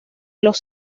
los